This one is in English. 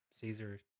Caesar